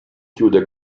chiude